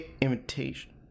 Imitation